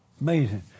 Amazing